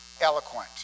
eloquent